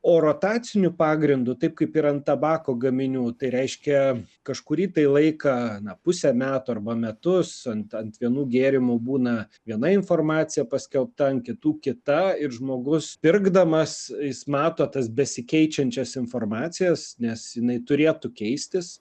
o rotaciniu pagrindu taip kaip ir ant tabako gaminių tai reiškia kažkurį laiką na pusę metų arba metus ant ant vienų gėrimų būna viena informacija paskelbta an kitų kita ir žmogus pirkdamas jis mato tas besikeičiančias informacijos nes jinai turėtų keistis